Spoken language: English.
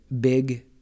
big